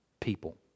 people